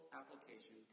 application